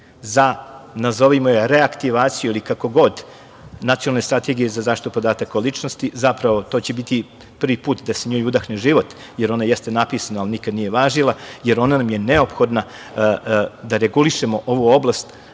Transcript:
za, nazovimo je reaktivaciju ili kako god, Nacionalne strategije za zaštitu podataka o ličnosti. Zapravo, to će biti prvi put da se njoj udahne život, jer ona jeste napisana, ali nikada nije važila, jer ona nam je neophodna da regulišemo ovu oblast